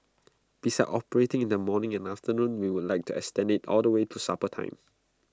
besides operating in the morning and afternoon we would like to extend IT all the way to supper time